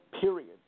period